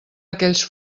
aquells